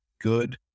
good